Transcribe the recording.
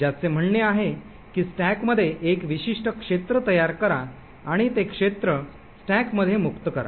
ज्याचे म्हणणे आहे की स्टॅकमध्ये एक विशिष्ट क्षेत्र तयार करा आणि ते क्षेत्र स्टॅकमध्ये मुक्त करा